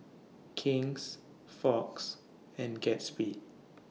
King's Fox and Gatsby